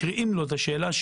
מקריאים לו את השאלות,